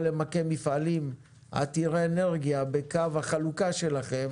למקם מפעלים עתירי אנרגיה בקו החלוקה שלכם